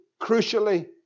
crucially